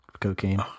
cocaine